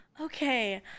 okay